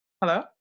hello